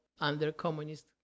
under-communist